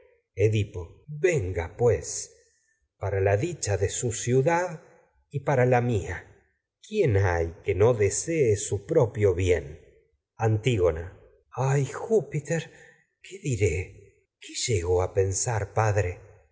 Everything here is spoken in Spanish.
edipo venga pues para la dicha de su ciudad y para la mía quién hay que no júpiter desee su propio bien diré qué antígona ay qué llego a pensar padre